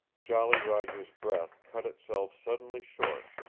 jolly roger's breath cut itself suddenly short,